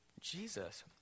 Jesus